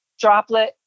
droplet